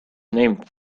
named